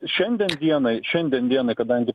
šiandien dienai šiandien dienai kadangi